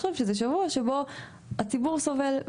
שזה שבוע שבו הציבור סובל.